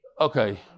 okay